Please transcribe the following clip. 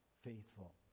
faithful